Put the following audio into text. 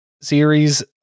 series